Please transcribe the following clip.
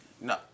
No